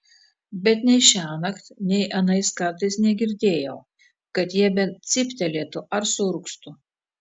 bet nei šiąnakt nei anais kartais negirdėjau kad jie bent cyptelėtų ar suurgztų